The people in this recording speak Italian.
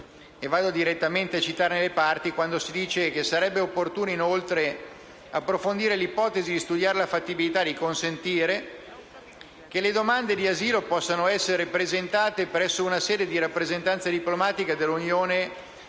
Mi riferisco alla parte dove si dice che sarebbe opportuno, inoltre, approfondire l'ipotesi di studiare la fattibilità di consentire che le domande di asilo possano essere presentate presso una sede di rappresentanza diplomatica dell'Unione europea